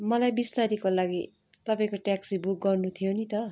मलाई बिस तारिकको लागि तपाईँको ट्याक्सी बुक गर्नु थियो नि त